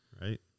Right